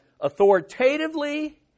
authoritatively